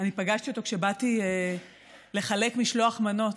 פגשתי אותו כשבאתי לחלק משלוח מנות